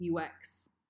UX